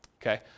Okay